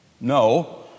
No